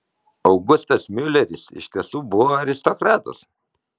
augustas miuleris iš tiesų buvo aristokratas